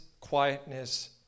Quietness